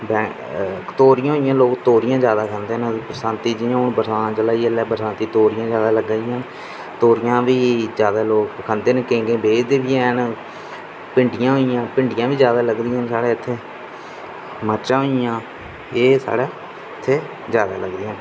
तोरियां होई गेइयां लोक तोरियां जैदा खंदे न बरसांती हून जियां बरसांत चलै दी ऐ ते इसलै तोरियां जैदा लग्गै दियां न तोरियां बी जैदा लोक खंदे न केईं लोक बेचदे बी हैन भिंडियां होई गेइयां न भिंडियां बी जैदा लगदियां न साढे इत्थै मर्चा होई गेइयां एह् साढ़े इत्थै जैदा लगदे न